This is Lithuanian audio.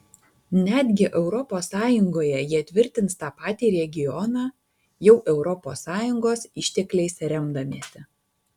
netgi europos sąjungoje jie tvirtins tą patį regioną jau europos sąjungos ištekliais remdamiesi